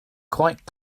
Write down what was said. quite